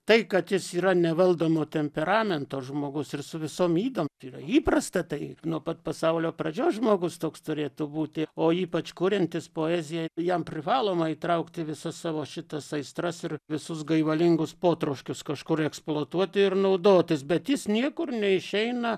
tai kad jis yra nevaldomo temperamento žmogus ir su visom ydom yra įprasta taip nuo pat pasaulio pradžios žmogus toks turėtų būti o ypač kuriantis poeziją jam privaloma įtraukti visas savo šitas aistras ir visus gaivalingus potroškius kažkur eksploatuoti ir naudotis bet jis niekur neišeina